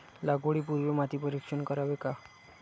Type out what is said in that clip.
लागवडी पूर्वी माती परीक्षण करावे का?